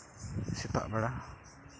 ᱥᱮᱛᱟᱜ ᱵᱮᱲᱟ